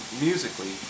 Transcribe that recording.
musically